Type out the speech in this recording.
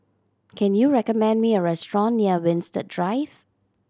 can you recommend me a restaurant near Winstedt Drive